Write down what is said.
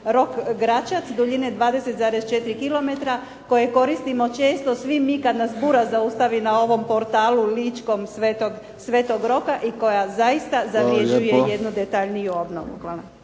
Sv.Rok-Gračac, duljine 20,4 kilometra koje koristimo vrlo često svi mi kada nas bura zaustavi ovom portalu Ličkom, Sv. Roka, i koja zaista zavređuje jednu detaljniju obnovu. Hvala.